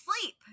sleep